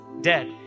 dead